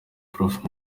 prof